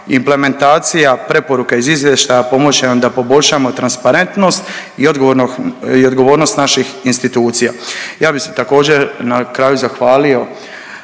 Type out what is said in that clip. implementacija preporuka iz izvještaja pomoći će nam da poboljšamo transparentnost i odgovornost naših institucija. Ja bih se također, na kraju, zahvalio